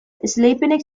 esleipenak